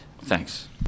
Thanks